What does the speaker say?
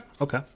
okay